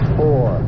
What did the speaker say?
four